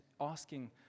asking